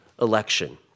election